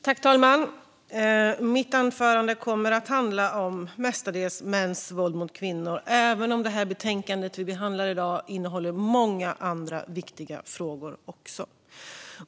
Herr talman! Mitt anförande kommer mestadels att handla om mäns våld mot kvinnor, även om det betänkande vi behandlar i dag också innehåller många andra viktiga frågor.